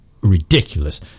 ridiculous